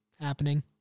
happening